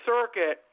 circuit